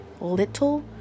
Little